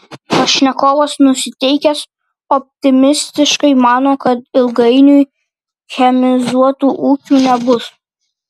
pašnekovas nusiteikęs optimistiškai mano kad ilgainiui chemizuotų ūkių nebus